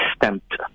stamped